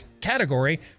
category